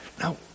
Now